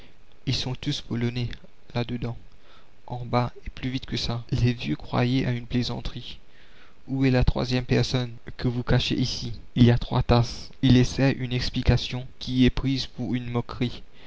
ils sont tous polonais là-dedans en bas et plus vite que ça les vieux croyaient à une plaisanterie où est la troisième personne que vous cachez ici il y a trois tasses ils essaient une explication qui est prise pour une moquerie